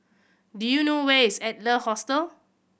do you know where is Adler Hostel